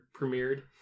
premiered